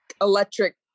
electric